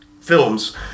films